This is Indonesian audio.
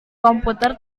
komputer